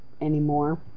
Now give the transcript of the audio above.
anymore